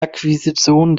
akquisition